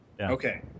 Okay